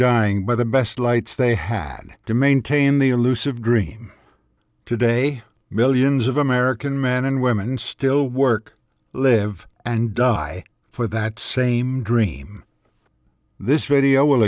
dying by the best lights they had to maintain the elusive dream today millions of american men and women still work live and die for that same dream this video will